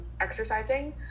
exercising